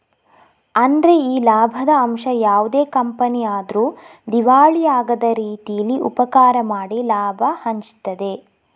ಅಂದ್ರೆ ಈ ಲಾಭದ ಅಂಶ ಯಾವುದೇ ಕಂಪನಿ ಆದ್ರೂ ದಿವಾಳಿ ಆಗದ ರೀತೀಲಿ ಉಪಕಾರ ಮಾಡಿ ಲಾಭ ಹಂಚ್ತದೆ